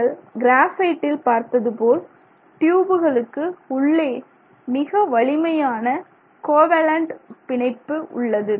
நீங்கள் கிராபைட்டில் பார்த்ததுபோல் ட்யூபுகளுக்கு உள்ளே மிக வலிமையான கோவேலேன்ட் பிணைப்பு உள்ளது